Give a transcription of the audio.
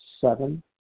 seven